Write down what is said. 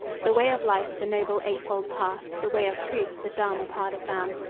the way of life the noble eightfold path, the way of truth, the dharma-pada found,